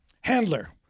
handler